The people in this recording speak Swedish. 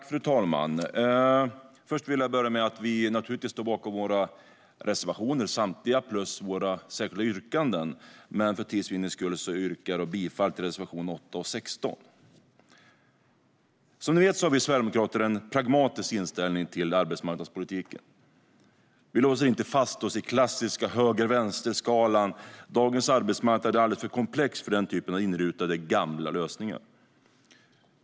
Fru talman! Jag vill börja med att säga att vi naturligtvis står bakom samtliga våra reservationer plus våra särskilda yrkanden, men för tids vinnande yrkar jag bifall bara till reservationerna 8 och 16. Som ni vet har vi sverigedemokrater en pragmatisk inställning till arbetsmarknadspolitiken. Vi låser oss inte vid den klassiska höger-vänster-skalan. Dagens arbetsmarknad är alldeles för komplex för den typen av inrutade gamla lösningar.